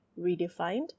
redefined